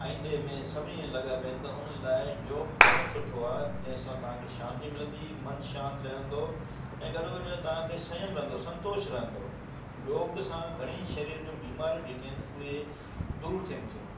आईंदे में सभिनी लॻा पिया आहिनि त उन लाइ योग घणो सुठो आहे जंहिंसां तव्हांखे शांती मिलंदी मनु शांति रहंदो ऐं गॾो गॾु तव्हांखे स्यम रहंदो संतोष रहंदो योग सां घणेई शरीर जो बीमारियूं जेकियूं आहिनि उहे दूरि थियनि थियूं